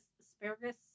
asparagus